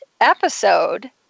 episode